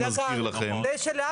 אני מזכיר לכם,